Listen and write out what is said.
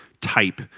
type